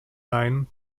line